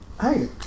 Hey